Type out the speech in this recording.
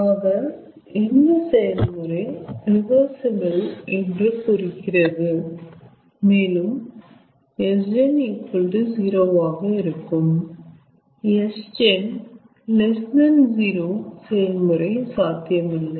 ஆக இது இந்த செயல்முறை ரிவர்சிபிள் என்று குறிக்கிறது மேலும் Sgen 0 ஆக இருக்கும் Sgen 0 செயல்முறை சாத்தியமில்லை